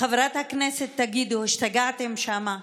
חברת הכנסת, תגידו, השתגעתם שם?